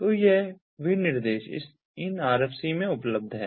तो यह विनिर्देश इन RFC में उपलब्ध है